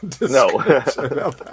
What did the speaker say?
No